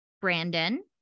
brandon